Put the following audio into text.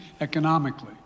economically